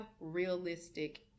realistic